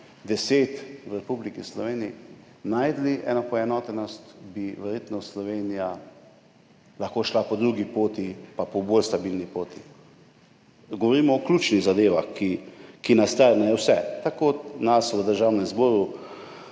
deset v Republiki Sloveniji, našli eno poenotenost, bi verjetno Slovenija lahko šla po drugi poti, po bolj stabilni poti. Govorimo o ključnih zadevah, ki tarejo vse, tako nas v Državnem zboru